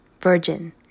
Virgin